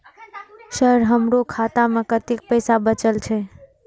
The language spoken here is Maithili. सर हमरो खाता में कतेक पैसा बचल छे?